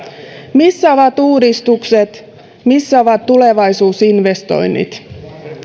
missä ovat uudistukset missä ovat tulevaisuusinvestoinnit